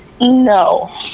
No